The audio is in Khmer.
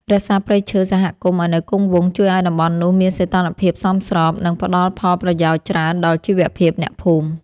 រក្សាព្រៃឈើសហគមន៍ឱ្យនៅគង់វង្សជួយឱ្យតំបន់នោះមានសីតុណ្ហភាពសមស្រប និង ផ្ដល់ផលប្រយោជន៍ច្រើនដល់ជីវភាពអ្នកភូមិ។